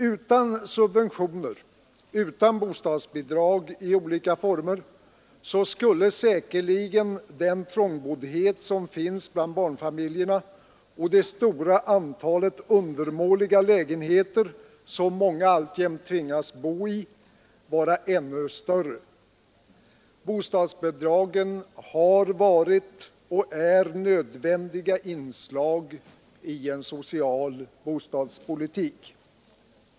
Utan subventioner, utan bostadsbidrag i olika former skulle säkerligen den trångboddhet som finns bland barnfamiljerna och det stora antal undermåliga lägenheter, som många alltjämt tvingas bo i, vara ännu större. Bostadsbidragen har varit och är nödvändiga inslag i en social bostadspolitik.